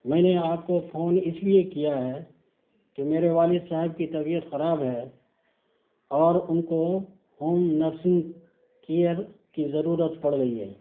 میں نے آپ کو فون اس لیے کیا ہے کہ میرے والد صاحب کی طبیعت خراب ہے اور ان کو ہوم نرسنگ کیئر کی ضرورت پڑ رہی ہے